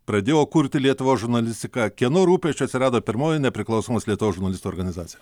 pradėjo kurti lietuvos žurnalistiką kieno rūpesčiu atsirado pirmoji nepriklausomos lietuvos žurnalistų organizacija